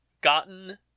gotten